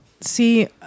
see